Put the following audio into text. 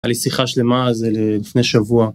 היה לי שיחה שלמה על זה לפני שבוע.